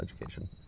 education